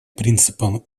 принципом